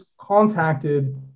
contacted